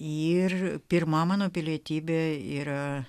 ir pirma mano pilietybė yra